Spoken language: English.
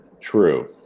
True